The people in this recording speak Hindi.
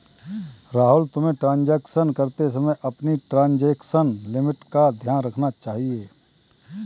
राहुल, तुम्हें ट्रांजेक्शन करते समय अपनी ट्रांजेक्शन लिमिट का ध्यान रखना चाहिए